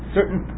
certain